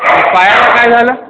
आणि पायाला काय झालं